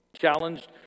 challenged